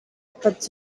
but